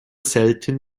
selten